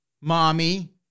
mommy